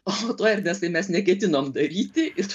o to ernestai mes neketinom daryti ir